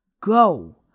Go